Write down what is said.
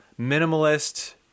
minimalist